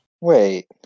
Wait